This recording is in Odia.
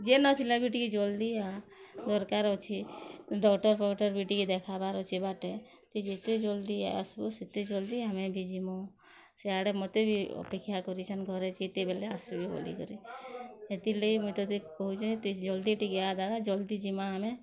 ଯେନ୍ ଥିଲେ ବି ଟିକେ ଜଲ୍ଦି ଆ ଦରକାର୍ ଅଛେ ଡକ୍ଟର୍ ଫକ୍ଟର୍ ବି ଦେଖାବାର୍ ଅଛେ ବାଟେ ତୁଇ ଯେତେ ଜଲ୍ଦି ଆସ୍ବୁ ସେତେ ଜଲ୍ଦି ଆମେ ବି ଯିମୁ ସିଆଡ଼େ ମୋତେ ବି ଅପେକ୍ଷା କରିଛନ୍ ଘରେ ଯେତେବେଲେ ଆସିବେ ବୋଲିକରି ହେତିର୍ଲାଗି ମୁଇଁ ତୋତେ କହୁଛେ ତୁଇ ଜଲ୍ଦି ଟିକେ ଆ ଦାଦା ଜଲ୍ଦି ଯିମା ଆମେ